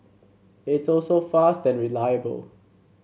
it's also fast and reliable